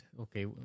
okay